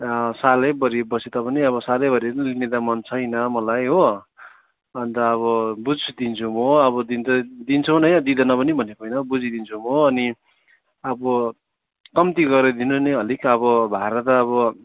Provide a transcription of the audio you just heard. सालैभरि बसे तापनि अब सालैभरि लिने त मन छैन मलाई हो अन्त अब बुझिदिन्छु म अब दिनु त दिन्छौ नै दिँदैनौँ पनि भनेको होइन बुझिदिन्छु म अनि अब कम्ती गरेर दिनु नि अलिक अब भाडा त अब